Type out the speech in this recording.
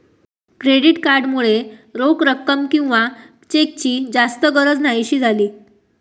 credit card मुळे रोख रक्कम किंवा चेकची जास्त गरज न्हाहीशी झाली